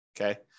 Okay